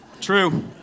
true